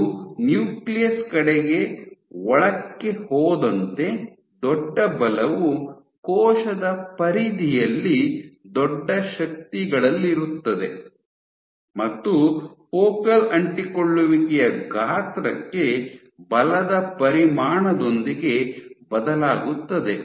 ಇದು ನ್ಯೂಕ್ಲಿಯಸ್ ಕಡೆಗೆ ಒಳಕ್ಕೆ ಹೋದಂತೆ ದೊಡ್ಡ ಬಲವು ಕೋಶದ ಪರಿಧಿಯಲ್ಲಿ ದೊಡ್ಡ ಶಕ್ತಿಗಳಲ್ಲಿರುತ್ತದೆ ಮತ್ತು ಫೋಕಲ್ ಅಂಟಿಕೊಳ್ಳುವಿಕೆಯ ಗಾತ್ರಕ್ಕೆ ಬಲದ ಪರಿಮಾಣದೊಂದಿಗೆ ಬದಲಾಗುತ್ತದೆ